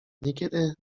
niekiedy